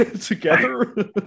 together